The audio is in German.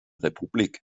republik